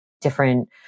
Different